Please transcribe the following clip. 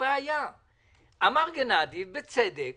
אמר גנאדי קמינסקי, בצדק,